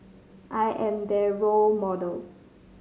I am their role model